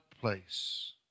place